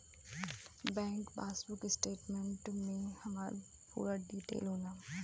bank passbook statement में हमार पूरा डिटेल होला